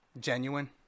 genuine